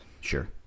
Sure